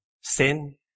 sin